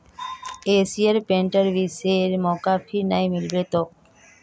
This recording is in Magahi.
एशियन पेंटत निवेशेर मौका फिर नइ मिल तोक